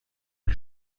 que